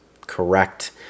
correct